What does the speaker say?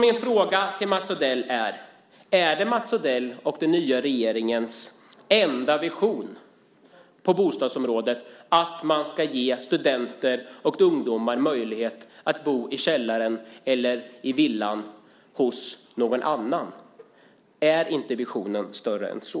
Min fråga till Mats Odell är: Är Mats Odells och den nya regeringens enda vision på bostadsområdet att man ska ge studenter och andra ungdomar möjlighet att bo i källaren eller villan hos någon annan? Är inte visionen större än så?